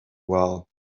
while